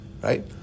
right